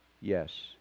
Yes